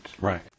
Right